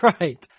Right